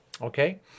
Okay